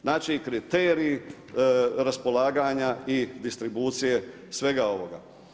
Znači kriterij raspolaganja i distribucije svega ovoga.